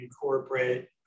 corporate